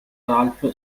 ralph